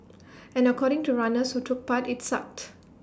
and according to runners who took part IT sucked